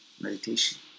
meditation